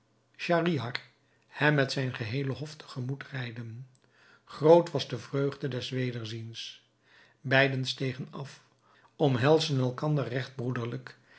schahriar hem met zijn geheele hof te gemoet rijden groot was de vreugde des wederziens beiden stegen af omhelsden elkander regt broederlijk